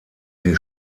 sie